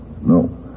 no